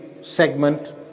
segment